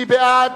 מי בעד?